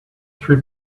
three